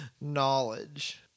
knowledge